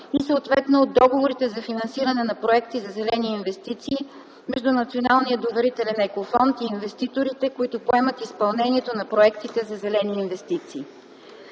и съответно от договорите за финансиране на проекти за зелени инвестиции между Националния доверителен екофонд и инвеститорите, които поемат изпълнението на проектите за зелени инвестиции.